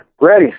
Ready